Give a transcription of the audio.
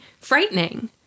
frightening